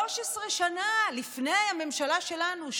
13 שנה לפני הממשלה שלנו,